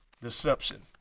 deception